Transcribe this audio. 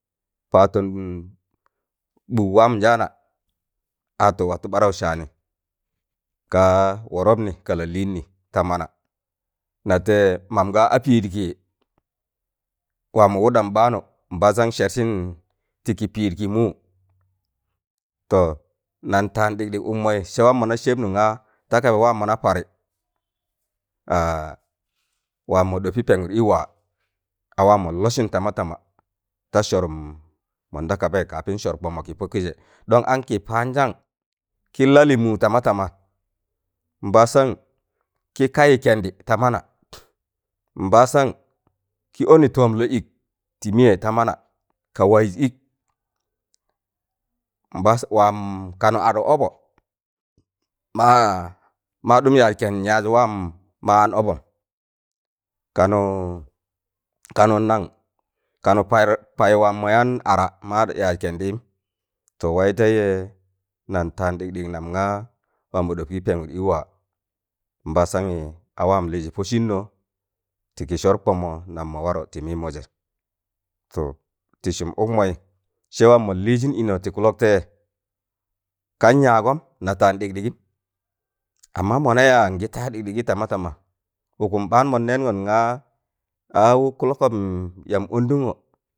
Patonn ɓugu waamjaana atu watu ɓarau saanị kaa worọpnị ka lalinn ta mana natẹị mam a pịịdkịị wamọ wuɗam ɓaanu nbasam sẹrsịn tịkị pid kị muu to nan aan ɗịgɗịg ukmọị sẹ waam mọna sẹbnu ngaa ta kaba waam mọna parị waam mọ ɗọpị pẹgur ịwaa a waam mọn lọsịn tama tama ta sọrum mọn da kabaị kapin sọr kbọmọ kị pọkịjẹ don ankị paandan kị lalị muu tama tama nbastam kị kayị kẹndị ta mana nbasam kị ọnị tọọm lọ ịk tị mịyẹ, ta mana ka wẹịz ịk nbas waan kanu aduk ọbọ maa ma ɗum yaaz kẹnd waam ma an ọbọm kanu kanu nan kanu par paị waam mọ yaan ara ma yaa kẹndịm to wẹịtẹịjẹ nan taan ɗịgɗịg nam ngaa waar mọ ɗọpị pẹgur, i waa nbasanyị a waan lịịzị pọsinom tịkị sọr kbọmọ, nam mọ warọ tịmịịmọjẹ to tị sum ukmọị sẹ waam mọn lịịzịn ịnọ tị kulọktẹịzẹ kan yaagọm na taan ɗịgdịgịm amma mọna yaa ịngịta ɗịgɗịgị tama tama ukum ɓaan mọn nẹẹngọn ngaa a wuk kulọkọm yam ọndungo